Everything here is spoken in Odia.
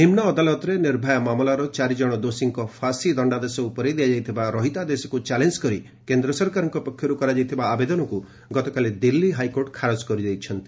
ନିମୁଅଦାଲତରେ ନିର୍ଭୟା ମାମଲାର ଚାରିଜଣ ଦୋଷୀଙ୍କ ଫାଶୀ ଦଣ୍ଡାଦେଶ ଉପରେ ଦିଆଯାଇଥିବା ରହିତାଦେଶକୁ ଚାଲେଞ୍ଜ କରି କେନ୍ଦ୍ର ସରକାରଙ୍କ ପକ୍ଷରୁ କରାଯାଇଥିବା ଆବେଦନକୁ ଗତକାଲି ଦିଲ୍ଲୀ ହାଇକୋର୍ଟ ଖାରଜ କରିଦେଇଛନ୍ତି